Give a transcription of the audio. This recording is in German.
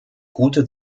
gute